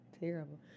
terrible